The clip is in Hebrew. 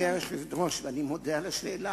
גברתי היושבת-ראש, אני מודה על השאלה,